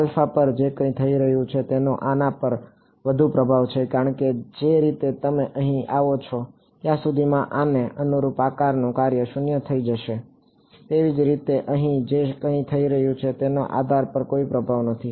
alpha પર જે કંઈ થઈ રહ્યું છે તેનો આના પર વધુ પ્રભાવ છે કારણ કે જે રીતે તમે અહીં આવો છો ત્યાં સુધીમાં આને અનુરૂપ આકારનું કાર્ય 0 થઈ જશે તેવી જ રીતે અહીં જે કંઈ થઈ રહ્યું છે તેનો આના પર કોઈ પ્રભાવ નથી